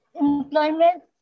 employment